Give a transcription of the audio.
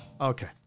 Okay